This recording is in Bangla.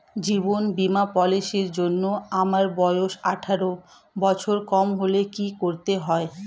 জীবন বীমা পলিসি র জন্যে আমার বয়স আঠারো বছরের কম হলে কি করতে হয়?